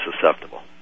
susceptible